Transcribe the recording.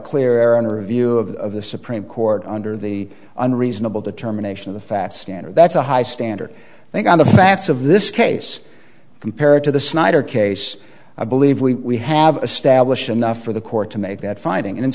clear on or a view of the supreme court under the unreasonable determination of the facts standard that's a high standard i think on the facts of this case compared to the snyder case i believe we have established enough for the court to make that finding and